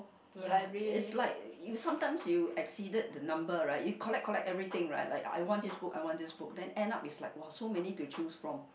ya is like sometimes you exceeded the number right you collect collect everything right like I want this book I want this book then end up is like !wah! so many to choose from